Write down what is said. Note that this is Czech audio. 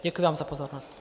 Děkuji vám za pozornost.